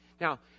Now